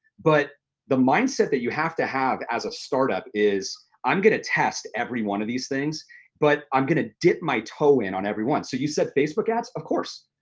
but the mindset that you have to have as a startup is, i'm gonna test every one of these things but i'm gonna dip my toe in on everyone. so you said facebook ads, of course!